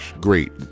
Great